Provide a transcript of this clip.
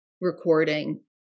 recording